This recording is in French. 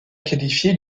qualifier